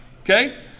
Okay